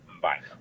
Bye